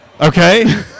Okay